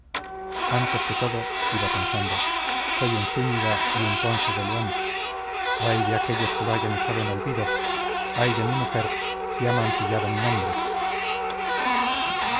antes que todo iba pensando soy un zúñiga y un ponce de león ay de aquellos que lo hayan echado en olvido ay de mi mujer si ha mancillado mi nombre la corregidora recibió a su